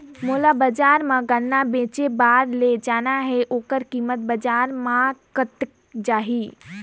मोला बजार मां गन्ना बेचे बार ले जाना हे ओकर कीमत बजार मां कतेक जाही?